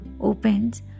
opens